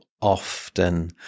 often